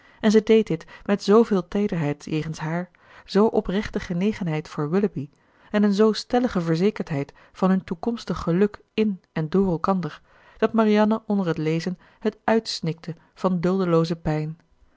en zij deed dit met zooveel teederheid jegens haar zoo oprechte genegenheid voor willoughby en een zoo stellige verzekerdheid van hun toekomstig geluk in en door elkander dat marianne onder het lezen het uitsnikte van duldelooze pijn